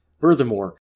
Furthermore